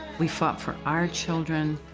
we fought for our children,